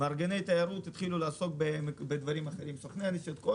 מארגני תיירות יתחילו לעסוק בדברים אחרים וגם סוכני הנסיעות,